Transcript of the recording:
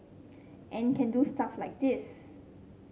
and can do stuff like this